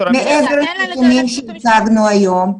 מעבר לנתונים שהצגנו היום.